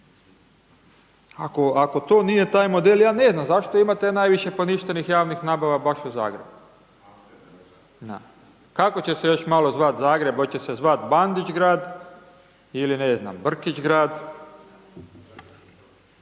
Ako to nije taj model, ja ne znam zašto imate najviše poništenih javnih nabava baš u Zagrebu. Kako će se još malo zvati Zagreb, hoće se zvati Bandićgrad ili ne znam Brkićgrad,